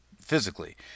physically